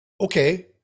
okay